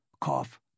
Cough